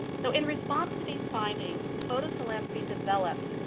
so in response to these findings photophilanthropy developed